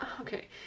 Okay